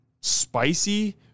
spicy